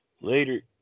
Later